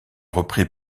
repris